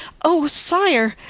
oh, sire,